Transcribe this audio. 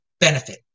benefit